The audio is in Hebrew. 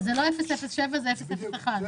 מפורטות פה בדברי